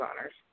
honors